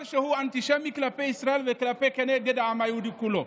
שהוא אנטישמי כלפי ישראל וכנגד העם היהודי כולו.